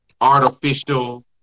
artificial